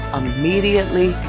immediately